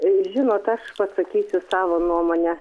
žinot aš pasakysiu savo nuomonę